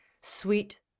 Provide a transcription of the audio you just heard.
sweet